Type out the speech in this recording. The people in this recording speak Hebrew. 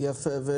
יפה.